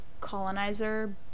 colonizer